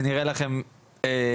זה נראה לכם בסדר?